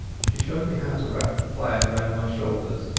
she showed me how to wrap the plaid around my shoulders,